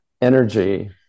energy